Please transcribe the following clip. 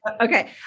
Okay